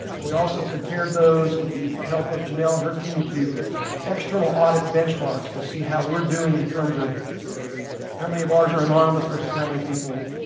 and we also compared those, with the help of janelle and her team, to external audit benchmarks to see how we're doing in terms of how many of ours are anonymous versus how many people